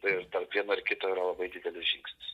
ir tarp vieno ir kito yra labai didelis žingsnis